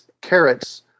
carrots